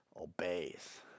obeys